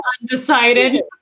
undecided